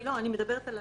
בגיר.